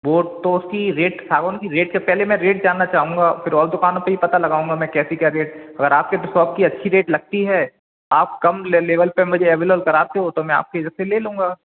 वो तो उसका रेट सागवान के रेट से पहले मैं रेट जानना चाहूँगा फिर और दुकानों पर भी पता लगाऊँगा मैं कैसे क्या रेट अगर आप के सॉप का अच्छा रेट लगत है आप कम लेवल पर मुझे अवेलल कराते हो तो मैं आपके इधर से ले लूँगा